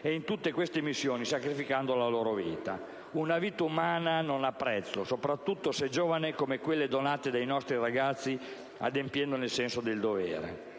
e in tutte queste missioni sacrificando la loro vita. Una vita umana non ha prezzo, soprattutto se giovane come quelle donate dai nostri ragazzi adempiendo al senso del dovere.